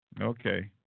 Okay